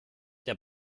der